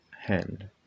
hand